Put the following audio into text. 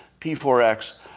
P4X